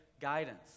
guidance